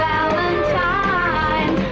Valentine